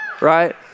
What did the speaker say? right